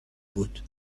بود